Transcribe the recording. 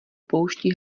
poušti